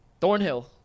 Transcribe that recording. Thornhill